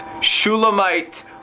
Shulamite